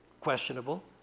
questionable